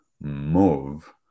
move